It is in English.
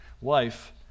wife